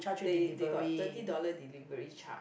they they got thirty dollar delivery charge